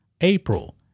April